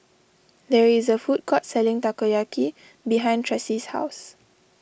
there is a food court selling Takoyaki behind Tressie's house